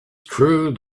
true